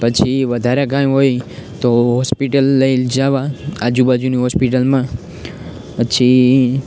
પછી વધારે કંઈ હોય તો હોસ્પિટલ લઈ જવા આજુ બાજુની હોસ્પિટલમાં પછી